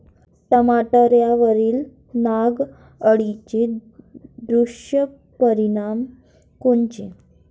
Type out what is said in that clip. टमाट्यावरील नाग अळीचे दुष्परिणाम कोनचे?